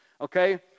okay